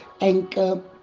Anchor